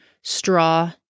straw